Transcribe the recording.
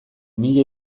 mila